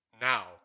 now